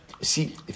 see